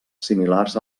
similars